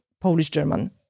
Polish-German